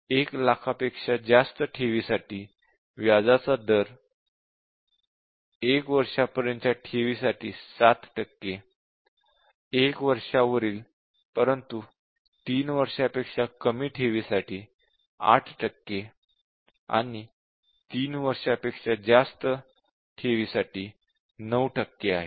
1 लाखापेक्षा जास्त ठेवींसाठी व्याजाचा दर 1 वर्षापर्यंतच्या ठेवीसाठी 7 टक्के 1 वर्षावरील परंतु 3 वर्षांपेक्षा कमी ठेवीसाठी 8 टक्के आणि 3 वर्षांपेक्षा जास्त ठेवींसाठी 9 टक्के आहे